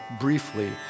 briefly